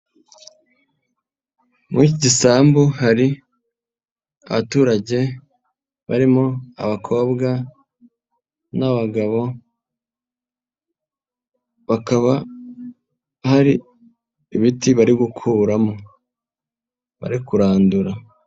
Muri iki gisambu hari abaturage barimo abakobwa n'abagabo, bakaba hari ibiti bari gukuramo bari kurandura.